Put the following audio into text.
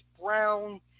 brown